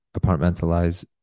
Apartmentalize